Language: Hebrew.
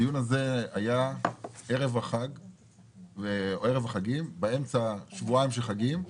הדיון היה ערב החגים, באמצע היו שבועיים של חגים,